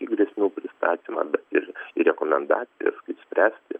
į grėsmių pristatymą ir rekomendacijas kaip spręsti